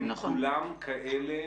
הם כולם כאלה